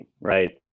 right